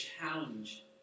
challenge